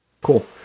Cool